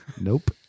nope